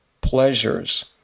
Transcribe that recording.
pleasures